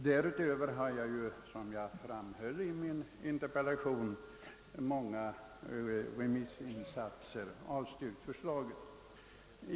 Därutöver har, såsom jag framhöll i min interpellation, många remissinstanser avstyrkt förslaget.